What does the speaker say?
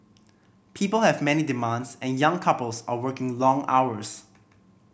people have many demands and young couples are working long hours